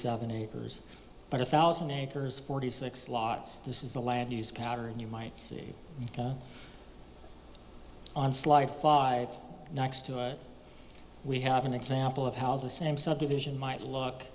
seven acres but a thousand acres forty six lots this is the land you scatter and you might see on slide five next to it we have an example of how the same subdivision might l